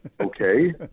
Okay